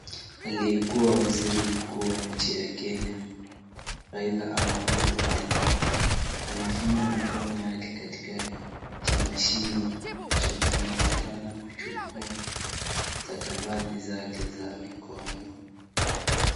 Aliyekuwa waziri mkuu wa nchi ya Kenya Raila Amolo Odinga. Anafinya mikono yake katika kimashine ambacho kinaonekana kuchukua stakabadhi zake za mikono.